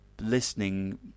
listening